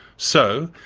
so,